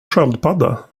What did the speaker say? sköldpadda